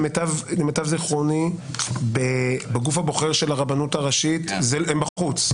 למיטב זכרוני בגוף הבוחר של הרבנות הראשית הם בחוץ.